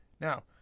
Now